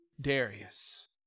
Darius